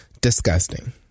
Disgusting